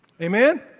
Amen